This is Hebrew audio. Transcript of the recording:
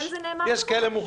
לכן זה נאמר מראש.